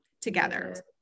together